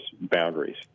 boundaries